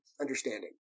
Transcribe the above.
understanding